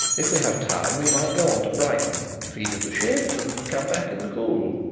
if we have time we might go on to brighton, feed at the ship, and come back in the cool.